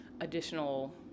additional